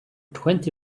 twenty